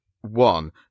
one